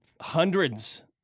hundreds